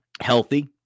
healthy